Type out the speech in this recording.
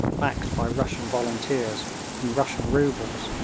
backed by russian volunteers and russian roubles,